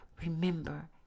remember